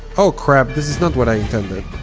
oh crap! this is not what i intended.